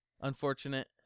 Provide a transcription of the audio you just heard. unfortunate